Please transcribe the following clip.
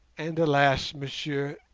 and alas, messieurs,